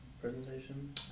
presentation